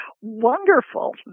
Wonderful